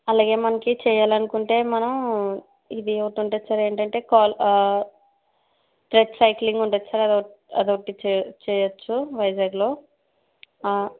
అలాగే మనకి చెయ్యాలనుకుంటే మనం ఇది ఒకటి ఉంటది సార్ ఏంటంటే సైక్లింగ్ ఉంటుంది సార్ అది ఒకటి చెయ్యొచ్చు వైజాగ్ లో